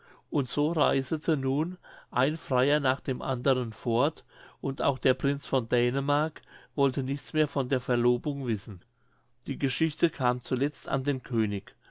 und es reisete nun ein freier nach dem andern fort und auch der prinz von dänemark wollte nichts mehr von der verlobung wissen die geschichte kam zuletzt an den könig